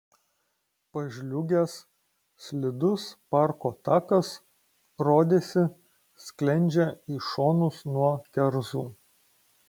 pažliugęs slidus parko takas rodėsi sklendžia į šonus nuo kerzų